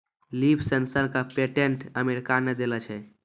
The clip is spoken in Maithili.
लीफ सेंसर क पेटेंट अमेरिका ने देलें छै?